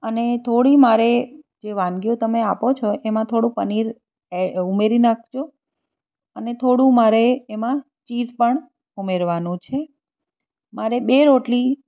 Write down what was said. અને થોડી મારે જે વાનગીઓ તમે આપો છો એમાં થોડું પનીર એ ઉમેરી નાખજો અને થોડું મારે એમાં ચીઝ પણ ઉમેરવાનું છે મારે બે રોટલી